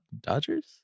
Dodgers